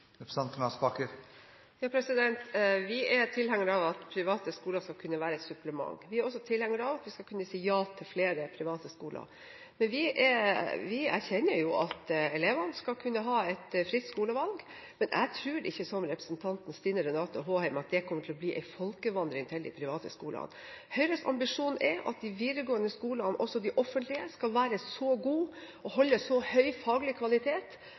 Vi er tilhengere av at private skoler skal kunne være et supplement. Vi er også tilhengere av at vi skal kunne si ja til flere private skoler. Vi erkjenner at elevene skal kunne ha et fritt skolevalg, men jeg tror ikke, som representanten Stine Renate Håheim, at det kommer til å bli en folkevandring til de private skolene. Høyres ambisjon er at de videregående skolene, også de offentlige, skal være så gode og holde så høy faglig kvalitet